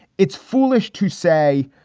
it's foolish to say,